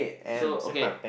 so okay